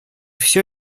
все